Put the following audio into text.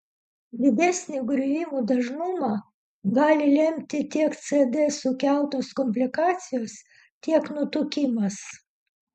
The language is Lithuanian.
didesnį griuvimų dažnumą gali lemti tiek cd sukeltos komplikacijos tiek nutukimas